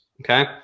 Okay